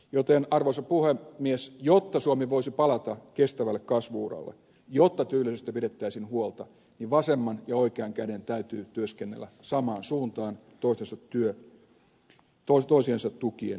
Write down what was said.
joten arvoisa puhemies jotta suomi voisi palata kestävälle kasvu uralle jotta työllisyydestä pidettäisiin huolta vasemman ja oikean käden täytyy työskennellä samaan suuntaan toisiansa tukien